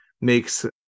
makes